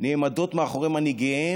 נעמדים מאחורי מנהיגם